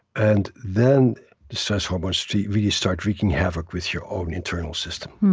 and then the stress hormones really start wreaking havoc with your own internal system.